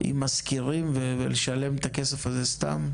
עם משכירים ולשלם את הכסף הזה סתם?